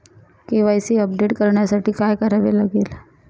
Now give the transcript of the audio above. KYC update करण्यासाठी काय करावे लागेल?